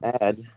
add